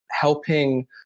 helping